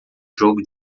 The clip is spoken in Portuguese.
jogo